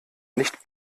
nicht